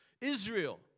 israel